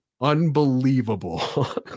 Unbelievable